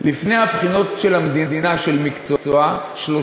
לפני בחינות המקצוע של המדינה,